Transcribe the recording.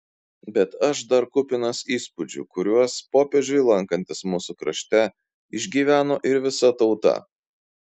bet aš dar kupinas įspūdžių kuriuos popiežiui lankantis mūsų krašte išgyveno ir visa tauta